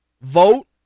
Vote